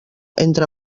entre